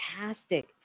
fantastic